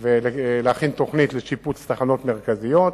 ולהכין תוכנית לשיפוץ תחנות מרכזיות.